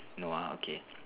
no ah okay